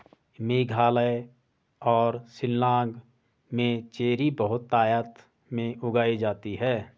मेघालय और शिलांग में चेरी बहुतायत में उगाई जाती है